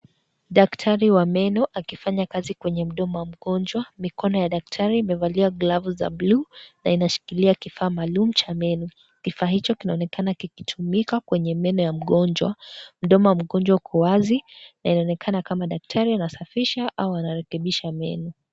Daktari wa meno akifanya kazi kwenye mdomo wa mgonjwa. Mikono ya daktari imevalia glavu za bluu, na inashikilia kifaa maalum cha meno. Kifaa hicho kinaonekana kikitumika kwenye meno ya mgonjwa. Mdomo wa mgonjwa uko wazi, na inaonekana kama daktari anasafisha au anarekebisha meno.